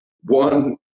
One